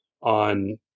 on